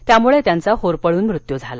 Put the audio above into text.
यामुळे त्यांचा होरपळून मृत्यू झाला